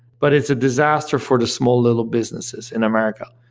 but it's a disaster for the small little businesses in america.